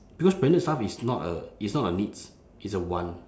because branded stuff is not a is not a needs it's a want